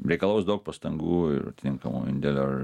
reikalaus daug pastangų ir atitinkamo indėlio ir